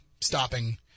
stopping